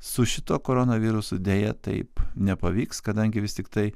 su šituo koronavirusu deja taip nepavyks kadangi vis tiktai